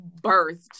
birthed